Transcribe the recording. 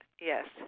yes